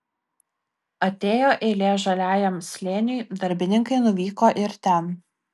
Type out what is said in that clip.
atėjo eilė žaliajam slėniui darbininkai nuvyko ir ten